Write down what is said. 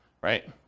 right